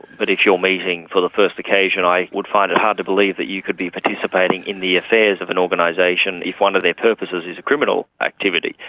but if you're meeting for the first occasion i would find it hard to believe that you could be participating in the affairs of an organisation if one of their purposes is a criminal activity.